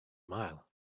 mile